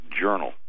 Journal